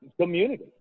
community